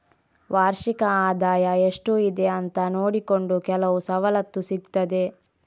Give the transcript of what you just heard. ವಾರ್ಷಿಕ ಆದಾಯ ಎಷ್ಟು ಇದೆ ಅಂತ ನೋಡಿಕೊಂಡು ಕೆಲವು ಸವಲತ್ತು ಸಿಗ್ತದೆ